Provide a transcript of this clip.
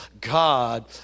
God